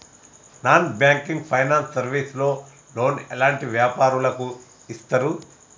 Non banking finance service లో loan ఎలాంటి వ్యాపారులకు ఇస్తరు?